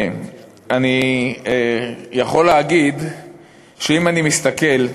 אני יכול להגיד שאם אני מסתכל,